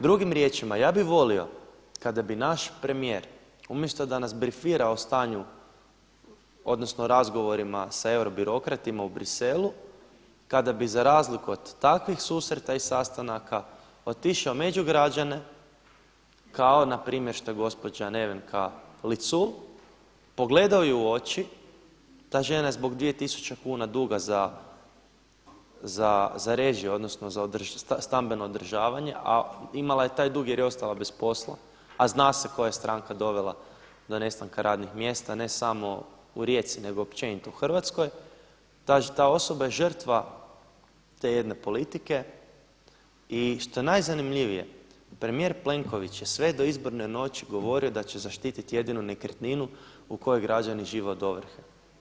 Drugim riječima, ja bih volio kada bi naš premijer umjesto da nas brifira o stanju odnosno razgovorima sa euro birokratima u Bruxellesu, kada bi za razliku od takvih susreta i sastanaka otišao među građane kao npr. što je gospođa Nevenka LIcul, pogledao ju u oči, ta žena je zbog dvije tisuće kuna duga za režije odnosno za stambeno održavanje, a imala je taj dug jer je ostala bez posla, a zna se koja je stranka dovela do nestanka radnih mjesta, ne samo u Rijeci nego općenito u Hrvatskoj, ta osoba je žrtva te jedne politike i što je najzanimljivije premijer Plenković sve do izborne noći govorio da će zaštititi jedino nekretninu u kojoj građani žive od ovrhe.